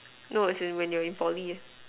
no as in when you're in Poly